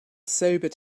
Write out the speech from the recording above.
sobered